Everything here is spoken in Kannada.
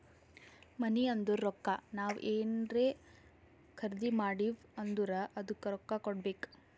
ಮನಿ ಅಂದುರ್ ರೊಕ್ಕಾ ನಾವ್ ಏನ್ರೇ ಖರ್ದಿ ಮಾಡಿವ್ ಅಂದುರ್ ಅದ್ದುಕ ರೊಕ್ಕಾ ಕೊಡ್ಬೇಕ್